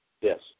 Yes